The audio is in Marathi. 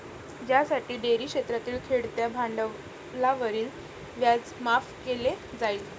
ज्यासाठी डेअरी क्षेत्रातील खेळत्या भांडवलावरील व्याज माफ केले जाईल